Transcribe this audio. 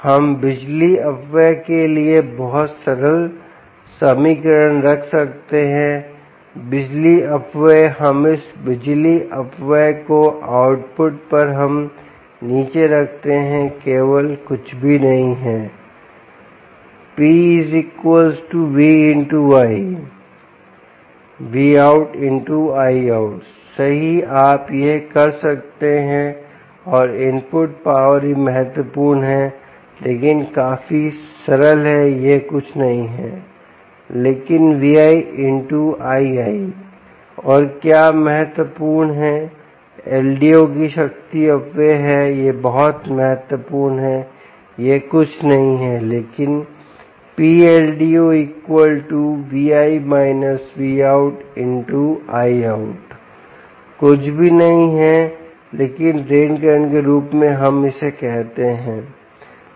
हम बिजली अपव्यय के लिए बहुत सरल समीकरण रख सकते हैं बिजली अपव्यय हम इस बिजली अपव्यय को आउटपुट पर हम नीचे रखते हैं केवल कुछ भी नहीं है PV ×I ¿Vout ×Iout सही आप यह कर सकते हैं और इनपुट पावर भी महत्वपूर्ण है लेकिन यह काफी सरल है यह कुछ नहीं लेकिन Vi×Ii Vi×Ii और क्या महत्वपूर्ण है LDO की शक्ति अपव्यय है यह बहुत महत्वपूर्ण है यह कुछ नहीं लेकिन PLDO x Iout कुछ भी नहीं है लेकिन ड्रेन करंट के रूप में हम इसे कहते है